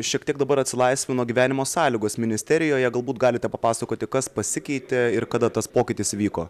šiek tiek dabar atsilaisvino gyvenimo sąlygos ministerijoje galbūt galite papasakoti kas pasikeitė ir kada tas pokytis įvyko